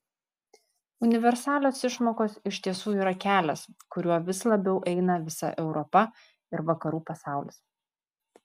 universalios išmokos iš tiesų yra kelias kuriuo vis labiau eina visa europa ir vakarų pasaulis